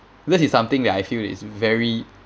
this is something that I feel is very